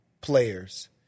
players